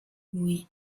oui